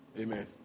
Amen